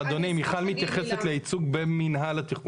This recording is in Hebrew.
לא אדוני, מיכל מתייחסת לייצוג במינהל התכנון.